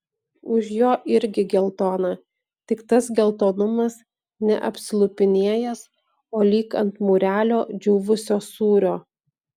už jo irgi geltona tik tas geltonumas ne apsilupinėjęs o lyg ant mūrelio džiūvusio sūrio